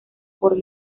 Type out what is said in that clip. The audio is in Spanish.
por